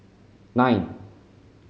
nine